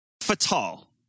Fatal